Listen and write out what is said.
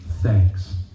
thanks